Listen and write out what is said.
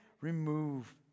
remove